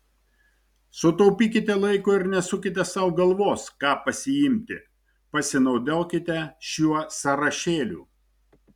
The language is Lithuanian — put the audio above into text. sutaupykite laiko ir nesukite sau galvos ką pasiimti pasinaudokite šiuo sąrašėliu